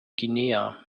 guinea